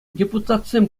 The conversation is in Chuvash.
депутатсем